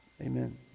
Amen